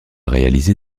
réalisé